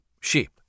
sheep